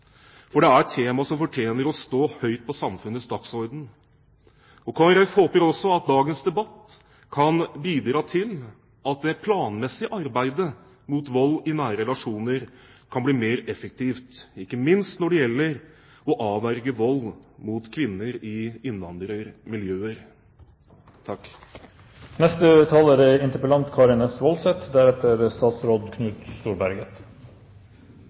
for det er et tema som fortjener å stå høyt på samfunnets dagsorden. Kristelig Folkeparti håper også at dagens debatt kan bidra til at det planmessige arbeidet mot vold i nære relasjoner kan bli mer effektivt, ikke minst når det gjelder å avverge vold mot kvinner i innvandrermiljøer.